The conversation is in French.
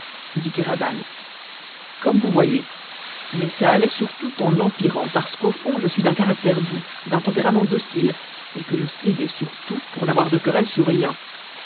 comme vous voyez mais ça allait surtout en empirant parce qu'au fond je suis d'un caractère doux d'un tempérament docile et que je cédais sur tout pour n'avoir de querelle sur rien